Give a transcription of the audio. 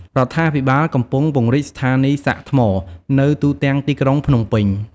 រដ្ឋាភិបាលកំពុងពង្រីកស្ថានីយ៍សាកថ្ម នៅទូទាំងទីក្រុងភ្នំពេញ។